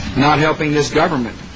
not helping his government